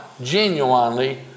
genuinely